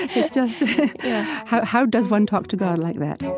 it's just how how does one talk to god like that?